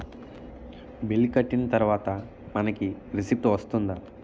Bill కట్టిన తర్వాత మనకి రిసీప్ట్ వస్తుందా?